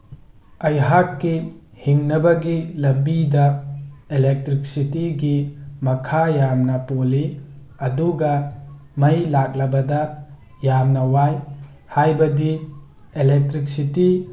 ꯑꯩꯍꯥꯛꯀꯤ ꯍꯤꯡꯅꯕꯒꯤ ꯂꯝꯕꯤꯗ ꯏꯂꯦꯛꯇ꯭ꯔꯤꯛꯁꯤꯇꯤꯒꯤ ꯃꯈꯥ ꯌꯥꯝꯅ ꯄꯣꯜꯂꯤ ꯑꯗꯨꯒ ꯃꯩ ꯂꯥꯛꯂꯕꯗ ꯌꯥꯝꯅ ꯋꯥꯏ ꯍꯥꯏꯕꯗꯤ ꯏꯂꯦꯛꯇ꯭ꯔꯤꯛꯁꯤꯇꯤ